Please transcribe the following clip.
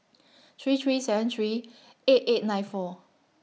three three seven three eight eight nine four